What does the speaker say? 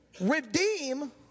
redeem